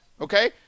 okay